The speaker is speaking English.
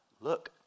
Look